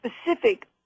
specific